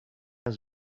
has